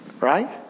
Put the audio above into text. Right